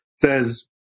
says